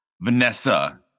Vanessa